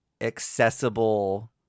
accessible